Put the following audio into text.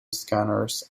scanners